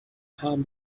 harm